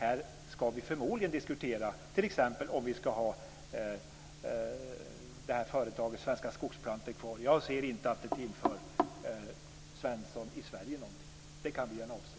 Vi skall förmodligen diskutera om vi skall ha kvar företaget Svenska Skogsplantor. Jag ser inte att det tillför Svensson i Sverige någonting. Det kan vi gärna avstå.